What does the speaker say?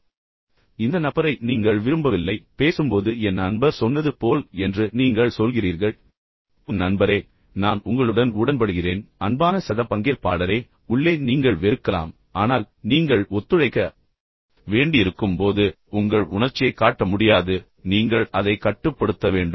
எனவே நீங்கள் அந்த நபரை வெறுக்கிறீர்கள் இந்த நபரை நீங்கள் விரும்பவில்லை ஆனால் பேசும்போது என் நண்பர் சொன்னது போல் என்று நீங்கள் சொல்கிறீர்கள் ஓ நண்பரே நான் உங்களுடன் உடன்படுகிறேன் அன்பான சக பங்கேற்பாளரே உள்ளே நீங்கள் வெறுக்கலாம் ஆனால் நீங்கள் ஒத்துழைக்க வேண்டியிருக்கும் போது உங்கள் உணர்ச்சியைக் காட்ட முடியாது நீங்கள் அதைக் கட்டுப்படுத்த வேண்டும்